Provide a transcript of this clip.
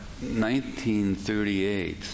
1938